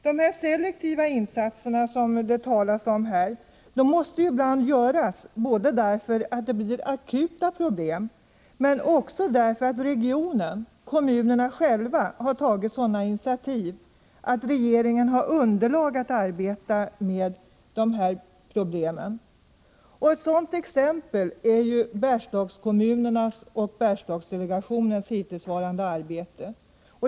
De selektiva insatser som det talas om här måste ibland göras, både när det blir akuta problem men också när regionen, kommunerna själva, har tagit sådana initiativ att regeringen har underlag för att arbeta med problemen. Ett sådant exempel är Bergslagskommunernas och Bergslagsdelegationens hittillsvarande arbete.